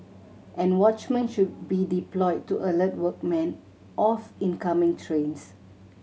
and watchmen should be deployed to alert workmen of incoming trains